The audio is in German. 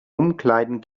umkleiden